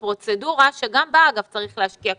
זאת פרוצדורה שגם בה צריך להשקיע כספים.